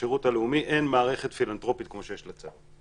ולשירות הלאומי אין מערכת פילנתרופית כמו שיש לצבא.